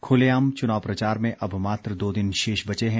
खुलेआम चुनाव प्रचार में अब मात्र दो दिन शेष बचे हैं